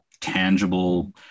tangible